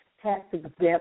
tax-exempt